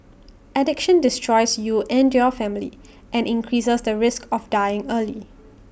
addiction destroys you and your family and increases the risk of dying early